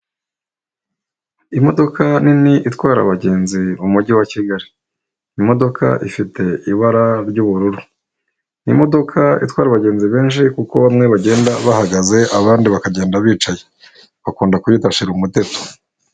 Imodoka nini itwara abagenzi mu mujyi wa Kigali. Imodoka ifite ibara ry'ubururu, ni imodoka itwara abagenzi benshi kuko bamwe bagenda bahagaze, abandi bakagenda bicaye, bakunda kuyita shira umuteto.